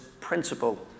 principle